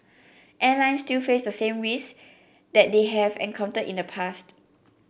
airlines still face the same risk that they have encountered in the past